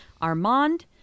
Armand